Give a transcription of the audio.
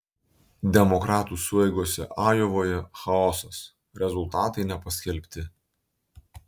demokratų sueigose ajovoje chaosas rezultatai nepaskelbti